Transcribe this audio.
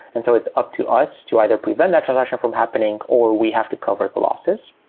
and so it's up to us to either prevent that collection from happening or we have to cover the losses.